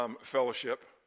Fellowship